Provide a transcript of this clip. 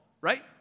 Right